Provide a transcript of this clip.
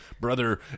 brother